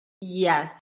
Yes